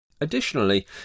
Additionally